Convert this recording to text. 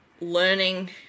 learning